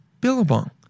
Billabong